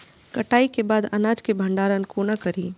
कटाई के बाद अनाज के भंडारण कोना करी?